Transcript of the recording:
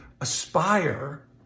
aspire